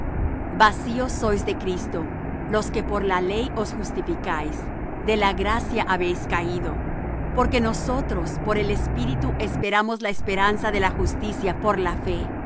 vacíos sois de cristo los que por la ley os justificáis de la gracia habéis caído porque nosotros por el espíritu esperamos la esperanza de la justicia por la fe